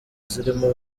zirimo